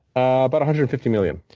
ah but hundred and fifty million.